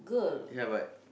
ya but